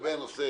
לגבי הנושא